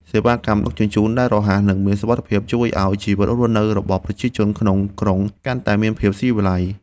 សេវាកម្មដឹកជញ្ជូនដែលរហ័ស និងមានសុវត្ថិភាពជួយឱ្យជីវិតរស់នៅរបស់ប្រជាជនក្នុងក្រុងកាន់តែមានភាពស៊ីវិល័យ។